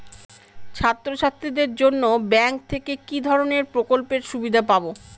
ছাত্রছাত্রীদের জন্য ব্যাঙ্ক থেকে কি ধরণের প্রকল্পের সুবিধে পাবো?